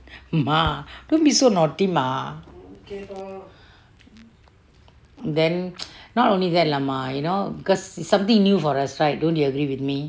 mah don't be so naughty mah then not only that lah mah you know because it's something new for us right don't you agree with me